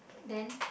then